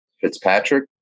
Fitzpatrick